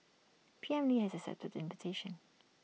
P M lee has accepted the invitation